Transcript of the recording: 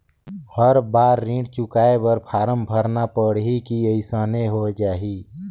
हर बार ऋण चुकाय बर फारम भरना पड़ही की अइसने हो जहीं?